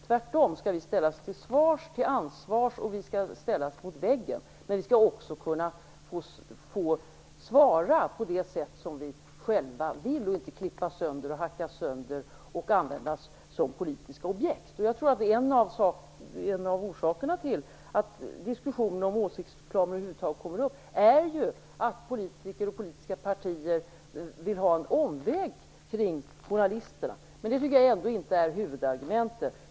Tvärtom skall vi ställas till svars, till ansvars och mot väggen. Men vi skall också kunna få svara på det sätt som vi själva vill och inte klippas och hackas sönder och användas som politiska objekt. En av orsakerna till att diskussionen om åsiktsreklam kommer upp över huvud taget är att politiker och partier vill ha en omväg kring journalisterna. Men detta är ändå inte huvudargumentet.